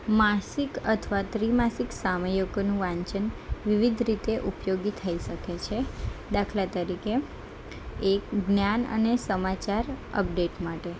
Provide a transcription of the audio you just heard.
માસિક અથવા ત્રિમાસિક સામયિકોનું વાંચન વિવિધ રીતે ઉપયોગી થઈ શકે છે દાખલા તરીકે એક જ્ઞાન અને સમાચાર અપડેટ માટે